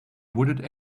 wooded